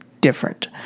different